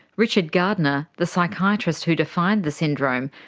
richard gardner the psychiatrist who defined the syndrome,